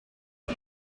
his